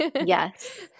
Yes